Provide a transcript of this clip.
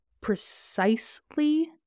precisely